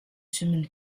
semaines